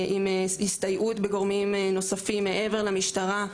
עם הסתייעות בגורמים נוספים מעבר למשטרה.